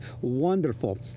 wonderful